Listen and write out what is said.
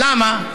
למה?